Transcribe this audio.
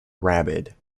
rabid